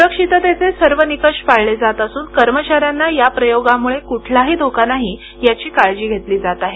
सुरक्षिततेचे सर्व निकष पाळले जात असून कर्मचाऱ्यांना या प्रयोगामुळे कुठलाही धोका नाही याची काळजी घेतली जात आहे